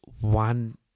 one